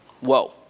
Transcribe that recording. Whoa